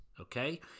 okay